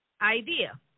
idea